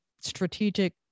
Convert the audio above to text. strategic